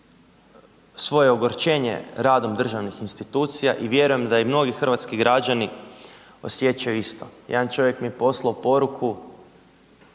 svoje ogorčenje radom državnih institucija i vjerujem da i mnogi hrvatski građani osjećaju isto. Jedan čovjek mi je poslao poruku